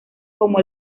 como